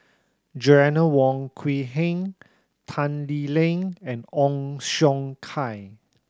Joanna Wong Quee Heng Tan Lee Leng and Ong Siong Kai